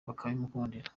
bakabimukundira